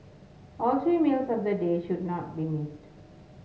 all three meals of the day should not be missed